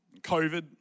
COVID